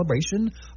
celebration